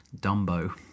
Dumbo